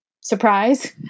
surprise